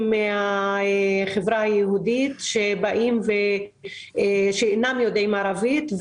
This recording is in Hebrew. מהחברה היהודית שאינם יודעים ערבית.